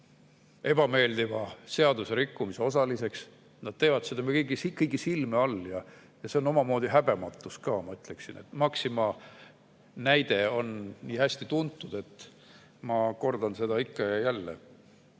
ebameeldiva seaduserikkumise osaliseks. Nad teevad seda meie kõigi silme all ja see on omamoodi häbematus ka, ma ütleksin. Maxima näide on nii hästi tuntud, et ma kordan seda ikka ja jälle.